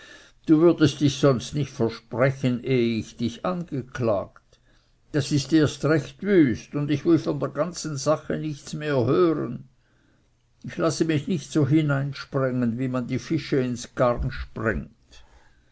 du würdest dich sonst nicht versprechen ehe ich dich angeklagt das ist erst recht wüst und ich will von der ganzen sache nichts mehr hören ich lasse mich nicht so hineinsprengen wie man die fische ins garn sprengt